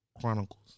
Chronicles